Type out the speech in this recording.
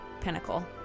pinnacle